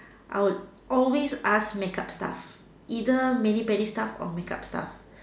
I would always ask makeup stuff either mani pedi stuff or makeup stuff